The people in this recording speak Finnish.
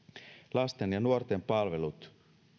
lasten ja nuorten palvelut